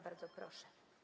Bardzo proszę.